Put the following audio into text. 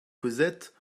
causette